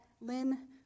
Lynn